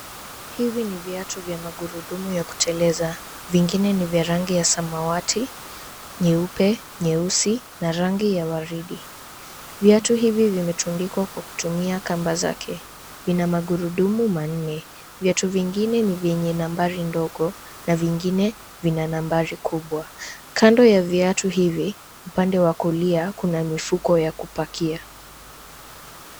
Hivi ni viatu vya magurudumu ya kuteleza. Vingine ni vya rangi ya samawati, nyeupe, nyeusi, na rangi ya waridi. Viatu hivi vimetundikwa kwa kutumia kamba zake. Vina magurudumu manne. Viatu vingine ni vyenye nambari ndogo, na vingine vina nambari kubwa. Kando ya viatu hivi, upande wa kulia, kuna mifuko ya kupakia.